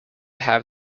have